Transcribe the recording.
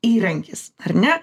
įrankis ar ne